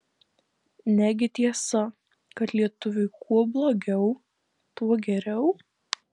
negi tiesa kad lietuviui kuo blogiau tuo geriau